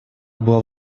была